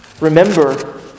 Remember